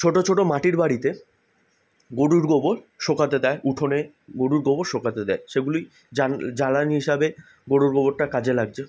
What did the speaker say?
ছোট ছোট মাটির বাড়িতে গরুর গোবর শুকোতে দেয় উঠোনে গরুর গোবর শুকোতে দেয় সেগুলি জ্বালানি হিসাবে গরুর গোবরটা কাজে লাগছে